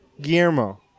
Guillermo